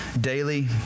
daily